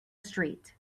street